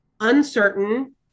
uncertain